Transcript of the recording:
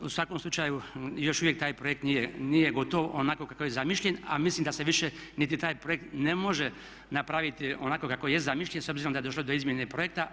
U svakom slučaju još uvijek taj projekt nije gotov onako kako je zamišljen a mislim da se više niti taj projekt ne može napraviti onako kako je zamišljen s obzirom da je došlo do izmjene projekta.